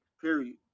Period